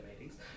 meetings